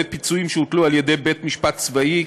פיצויים שהוטלו על ידי בית משפט צבאי),